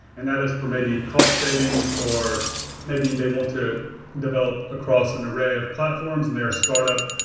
and that is for maybe cost savings or maybe they want to develop across an array of platforms, and they're a startup,